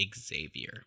xavier